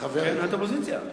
את אופוזיציה.